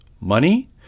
money